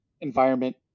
environment